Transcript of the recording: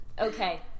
Okay